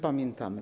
Pamiętamy.